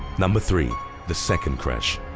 number three the second crash